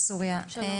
המשפטים.